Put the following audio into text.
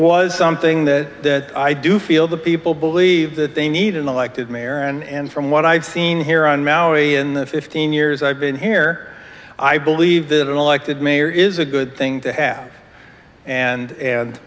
was something that i do feel that people believe that they need an elected mayor and from what i've seen here on maui in the fifteen years i've been here i believe that an elected mayor is a good thing to have and